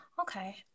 Okay